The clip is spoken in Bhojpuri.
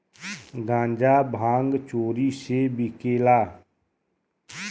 गांजा भांग चोरी से बिकेला